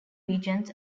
regions